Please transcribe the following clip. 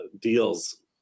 deals